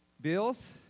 bills